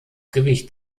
gewicht